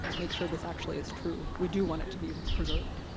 make sure this actually is true. we do want it to be preserved.